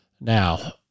Now